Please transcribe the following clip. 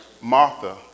Martha